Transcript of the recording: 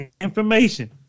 information